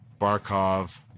Barkov